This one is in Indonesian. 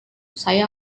saya